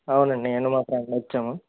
అవునండి నేను మా ఫ్రెండు ఇచ్చాము